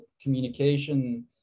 communication